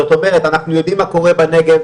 זאת אומרת, אנחנו יודעים מה קורה בנגב